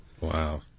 wow